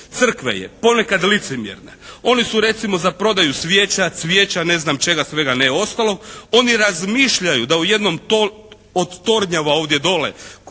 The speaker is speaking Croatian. crkve je ponekad licemjerna. Oni su recimo za prodaju svijeća, cvijeća, ne znam čega svega ne ostalog. Oni razmišljaju da u jednom od tornjeva ovdje dole